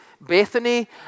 Bethany